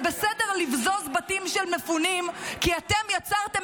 זה בסדר לבזוז בתים של מפונים כי אתם יצרתם